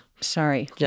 Sorry